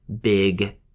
big